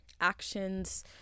Actions